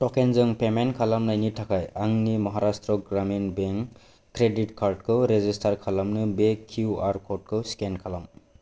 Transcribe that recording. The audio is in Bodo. ट'केनजों पेमेन्ट खालामनायनि थाखाय आंनि Maharashtra Gramin bank credit card खौ रेजिस्टार खालामनो बे किउआर क'डखौ स्केन खालाम